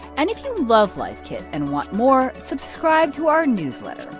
and if you love life kit and want more, subscribe to our newsletter.